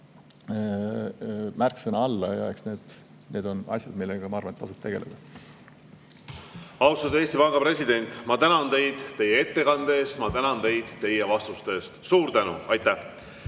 märksõna alla, ja eks need on asjad, millega tasub tegeleda. Austatud Eesti Panga president, ma tänan teid teie ettekande eest, ma tänan teid teie vastuste eest. Suur tänu!